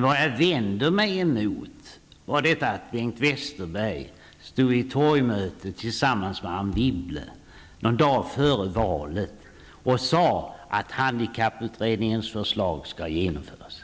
Vad jag vände mig emot var detta att Bengt Westerberg vid ett torgmöte där Anne Wibble deltog någon dag före valet stod och sade att handikapputredningens förslag skall genomföras.